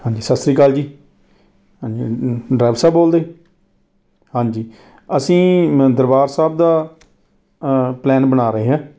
ਹਾਂਜੀ ਸਤਿ ਸ਼੍ਰੀ ਅਕਾਲ ਜੀ ਡਰਾਈਵਰ ਸਾਹਿਬ ਬੋਲਦੇ ਹਾਂਜੀ ਅਸੀਂ ਦਰਬਾਰ ਸਾਹਿਬ ਦਾ ਅ ਪਲੈਨ ਬਣਾ ਰਹੇ ਹਾਂ